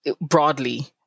broadly